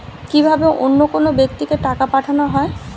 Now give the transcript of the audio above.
কি ভাবে অন্য কোনো ব্যাক্তিকে টাকা পাঠানো হয়?